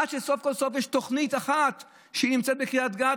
עד שסוף כל סוף יש תוכנית אחת שנמצאת בקריית גת,